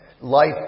Life